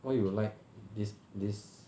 why you like this this